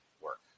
work